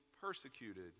persecuted